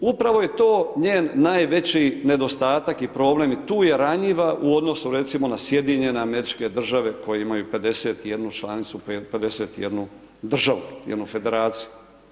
Upravo je to njen najveći nedostatak i problem i tu je ranjiva u odnosu na recimo na SAD koji imaju 51 članicu, tj. 51 državu, jednu federaciju.